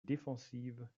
défensives